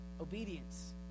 Obedience